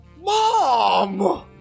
Mom